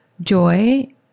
joy